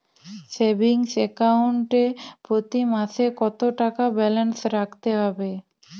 Savings account এ প্রতি মাসে কতো টাকা ব্যালান্স রাখতে হবে?